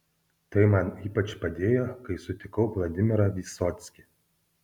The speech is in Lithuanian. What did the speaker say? tai man ypač padėjo kai sutikau vladimirą vysockį